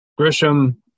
Grisham